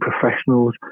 professionals